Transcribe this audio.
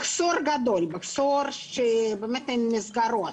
יש מחסור גדול, באמת אין מסגרות.